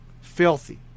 filthy